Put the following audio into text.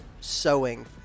sewing